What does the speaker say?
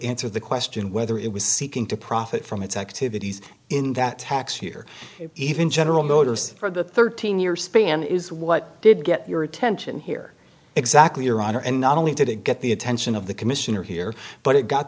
answer the question whether it was seeking to profit from its activities in that tax year even general motors for the thirteen year span is what did get your attention here exactly your honor and not only did it get the attention of the commissioner here but it got